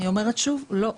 אני אומרת שוב, לא.